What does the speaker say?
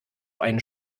einen